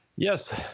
Yes